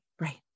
Right